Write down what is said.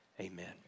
amen